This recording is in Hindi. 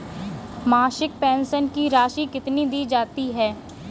मासिक पेंशन की राशि कितनी दी जाती है?